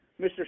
Mr